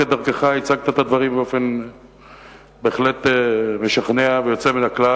כדרכך הצגת את הדברים באופן בהחלט משכנע ויוצא מן הכלל,